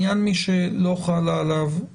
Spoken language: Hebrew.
מי שלא חל עליו (3)